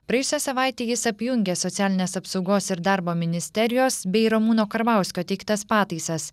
praėjusią savaitę jis apjungė socialinės apsaugos ir darbo ministerijos bei ramūno karbauskio teiktas pataisas